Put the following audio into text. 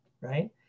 right